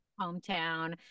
hometown